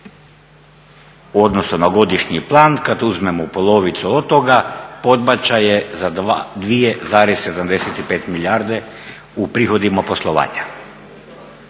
odnosu na godišnji plan kada uzmemo polovicu od toga podbačaj je za 2,75 milijarde u prihodima poslovanja.